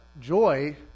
Joy